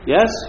Yes